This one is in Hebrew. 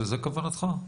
זו כוונתך?